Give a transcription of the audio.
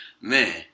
man